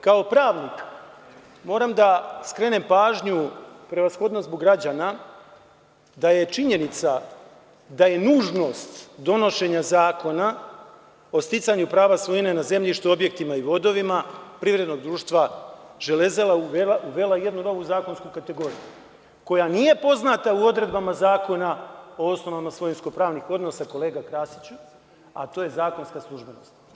Kao pravnik moram da skrenem pažnju prevashodno zbog građana da je činjenica, da je nužnost donošenja zakona o sticanju prava svojine nad zemljištem, objektima i vodovima privrednog društva „Železara“ uvela jednu novu zakonsku kategoriju koja nije poznata u odredbama Zakona o osnovama svojinsko pravnih odnosa, kolega Krasiću, a to je zakonska službenosti.